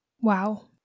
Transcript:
Wow